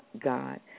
God